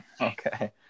Okay